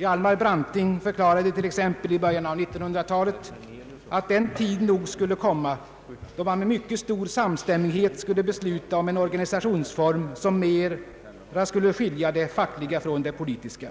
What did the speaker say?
Hjalmar Branting förklarade t.ex. i början av 1900-talet att den tid nog skulle komma då man med mycket stor samstämmighet skulle besluta om en organisationsform som mera skulle skilja det fackliga från det politiska.